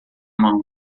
mão